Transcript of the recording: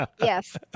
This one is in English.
Yes